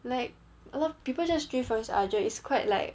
like a lot of people just drift off each other it's quite like